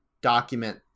document